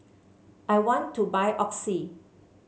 I want to buy Oxy